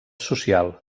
social